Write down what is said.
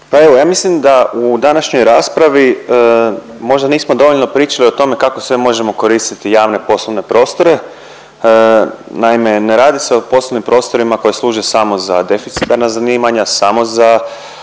Pa evo, ja mislim da u današnjoj raspravi možda nismo dovoljno pričali o tome kako sve možemo koristiti javne poslovne prostore. Naime, ne radi se o poslovnim prostorima koji služe samo za deficitarna zanimanja, samo za,